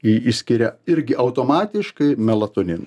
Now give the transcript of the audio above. ir išskiria irgi automatiškai melatoniną